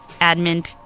admin